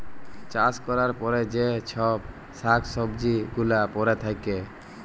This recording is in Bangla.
চাষ ক্যরার পরে যে চ্ছব শাক সবজি গুলা পরে থাক্যে